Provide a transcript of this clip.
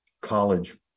college